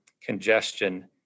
congestion